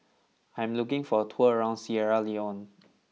I am looking for a tour around Sierra Leone